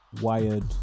wired